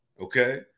okay